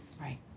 Right